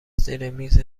زیرمیز